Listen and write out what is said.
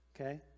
okay